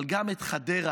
אבל גם את חדרה